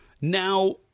Now